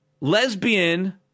lesbian